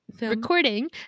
recording